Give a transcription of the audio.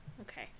Okay